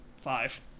five